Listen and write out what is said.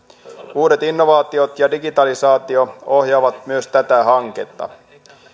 uudet innovaatiot ja digitalisaatio ohjaavat myös tätä hanketta